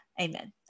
Amen